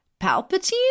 Palpatine